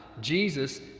Jesus